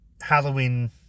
Halloween